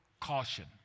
caution